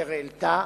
אשר העלתה